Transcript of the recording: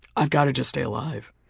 i've got to to stay alive.